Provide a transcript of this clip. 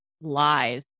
lies